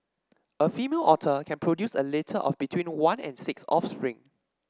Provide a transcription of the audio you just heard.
a female otter can produce a litter of between one and six offspring